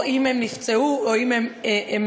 אם הם נפצעו או אם הם מתו.